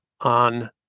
on